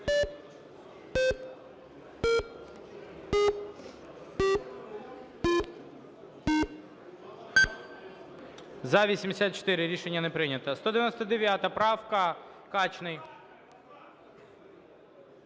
За-84 Рішення не прийнято. 199 правка, Качний.